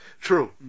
True